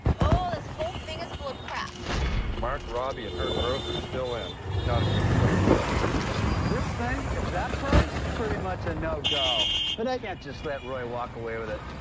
oh this whole thing is full of crap mark robbie and her growth are still in not a good sign this thing at that price pretty much a no-go but i can't just let roy walk away with it